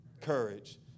Courage